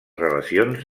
relacions